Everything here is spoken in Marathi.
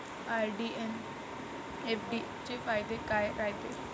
आर.डी अन एफ.डी चे फायदे काय रायते?